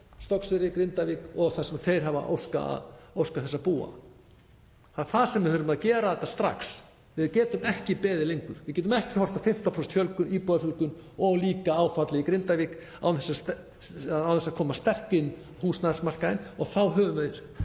Stokkseyri, Keflavík og þar sem þeir óska þess að búa. Það er það sem við þurfum að gera og gera það strax. Við getum ekki beðið lengur. Við getum ekki horft á 15% íbúafjölgun og líka áfallið í Grindavík án þess að koma sterk inn á húsnæðismarkaðinn og þá höfum við